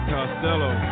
Costello